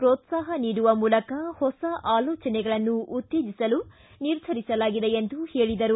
ಪೋತ್ಸಾಹ ನೀಡುವ ಮೂಲಕ ಹೊಸ ಆಲೋಚನೆಗಳನ್ನು ಉತ್ತೇಜಿಸಲು ನಿರ್ಧರಿಸಲಾಗಿದೆ ಎಂದು ಹೇಳಿದರು